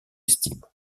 estime